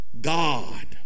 God